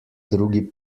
drugi